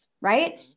right